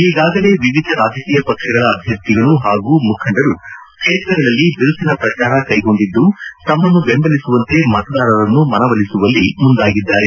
ಈಗಾಗಲೇ ವಿವಿಧ ರಾಜಕೀಯ ಪಕ್ಷಗಳ ಅಭ್ಯರ್ಥಿಗಳು ಹಾಗೂ ಮುಖಂಡರು ಕ್ಷೇತ್ರಗಳಲ್ಲಿ ಬಿರುಸಿನ ಪ್ರಚಾರ ಕೈಗೊಂಡಿದ್ದು ತಮ್ಟನ್ನು ಬೆಂಬಲಿಸುವಂತೆ ಮತದಾರರನ್ನು ಮನವೊಲಿಸುವಲ್ಲಿ ಮುಂದಾಗಿದ್ದಾರೆ